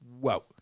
Wow